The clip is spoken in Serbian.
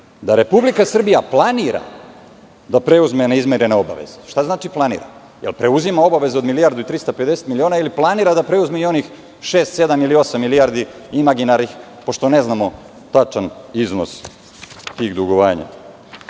da Republika Srbija planira da preuzme neizmirene obaveze. Šta znači planira? Jel preuzima obaveze od 1.350.000.000 miliona ili planira da preuzme i onih šest, sedam ili osam milijardi imaginarnih, pošto ne znamo tačan iznos tih dugovanja. Analiza